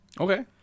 Okay